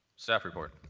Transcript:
staff report.